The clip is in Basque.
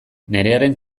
nerearen